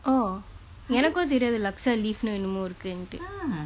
orh எனக்கு தெரியாது:enakku theriyaathu laksa leaf-nu என்னமோ இருக்குன்டு:ennamoo irukkundu